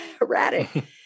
erratic